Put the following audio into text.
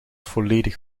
volledig